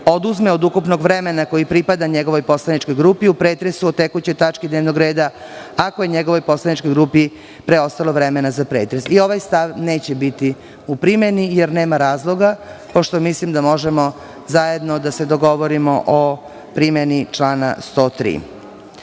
oduzme od ukupnog vremena koji pripada njegovoj poslaničkoj grupi u pretresu o tekućoj tački dnevnog reda, ako je njegovoj poslaničkoj grupi preostalo vremena za pretres. Ni ovaj stav neće biti u primeni, jer nema razloga, pošto mislim da možemo zajedno da se dogovorimo o primeni člana 103.Tako